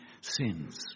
sins